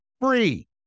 free